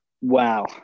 Wow